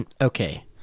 Okay